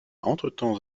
entretemps